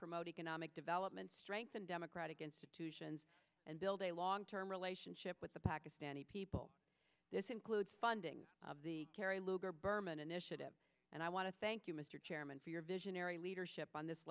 promote economic development strengthen democratic institutions and build a long term relationship with the pakistani people this includes funding of the kerry lugar berman initiative and i want to thank you mr chairman for your visionary leadership on this